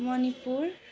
Manipur